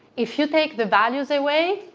if you take the values away,